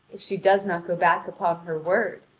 if she does not go back upon her word,